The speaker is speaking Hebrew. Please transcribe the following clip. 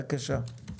בבקשה.